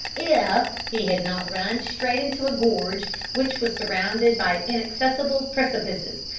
if he had not run straight into a gorge which was surrounded by inaccessible precipices,